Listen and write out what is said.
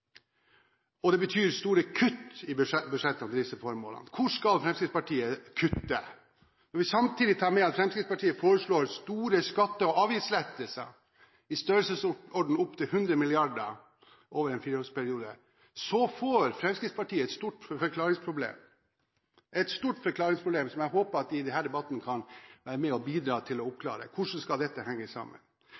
og det betyr store kutt i budsjettene til disse formålene. Hvor skal Fremskrittspartiet kutte? Når vi samtidig tar med at Fremskrittspartiet foreslår store skatte- og avgiftslettelser i størrelsesorden opp mot 100 mrd. kr over en fireårsperiode, så får Fremskrittspartiet et stort forklaringsproblem, som jeg håper de kan være med å bidra til å oppklare i denne debatten. Hvordan skal dette henge sammen?